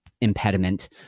impediment